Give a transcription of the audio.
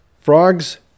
Frogs